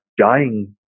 dying